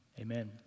Amen